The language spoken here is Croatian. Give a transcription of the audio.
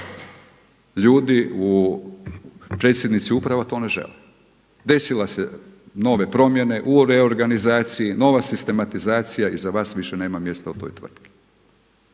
ljudi predsjednici uprava to ne žele. Desile su se nove promjene u reorganizaciji, nova sistematizacija i za vas više nema mjesta u toj tvrtki.